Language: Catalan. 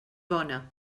bona